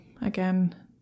again